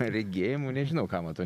regėjimu nežinau ką matau